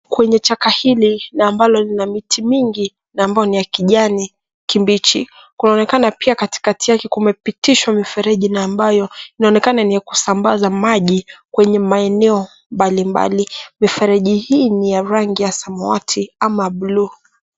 Kwenye chaka hili na ambalo lina miti mingi na ambao ni ya kijani kibichi. Kunaonekana pia katikati yake kumepitishwa mifereji na ambayo inaonekana ni ya kusambaza maji kwenye maeneo mbalimbali. Mifereji hii ni ya rangi ya samawati ama bluu.